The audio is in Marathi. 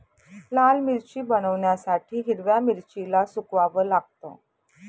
लाल मिरची बनवण्यासाठी हिरव्या मिरचीला सुकवाव लागतं